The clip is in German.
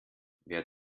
wer